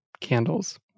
candles